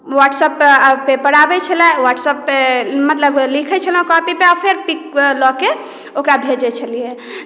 व्हाट्सएपपर paper आबैत छले व्हाट्सएपपर मतलब लिखैत छलहुँ कॉपीपर आ फेर पिक लऽ के ओकरा भेजैत छलियै